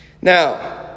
Now